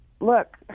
Look